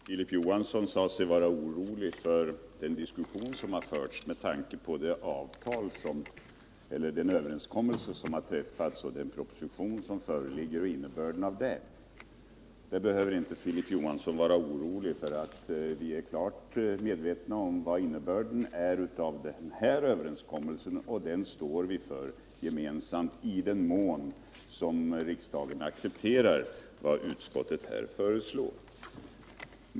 Herr talman! Filip Johansson sade sig vara orolig för den diskussion som har förts med tanke på den överenskommelse som träffats och innebörden av den proposition som föreligger, men jag kan försäkra honom att han inte behöver vara det. Vi är klart medvetna om vad innebörden är av den här överenskommelsen, och den står vi gemensamt för i den mån riksdagen acceplerar vad utskottet föreslår.